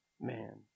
man